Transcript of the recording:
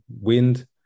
wind